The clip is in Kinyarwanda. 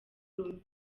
rumwe